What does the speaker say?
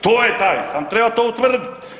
To je taj samo treba to utvrditi.